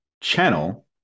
channel